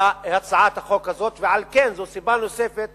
להצעת החוק הזאת, ועל כן זאת סיבה נוספת